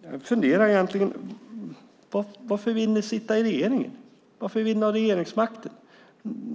Jag funderar på varför ni vill sitta i regeringen. Varför vill ni ha regeringsmakten?